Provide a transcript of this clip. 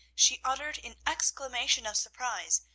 she uttered an exclamation of surprise,